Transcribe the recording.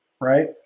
right